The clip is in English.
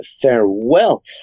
farewell